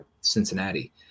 Cincinnati